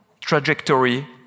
trajectory